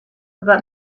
about